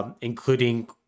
Including